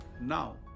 Now